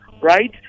right